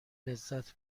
لذت